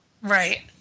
Right